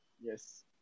Yes